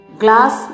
glass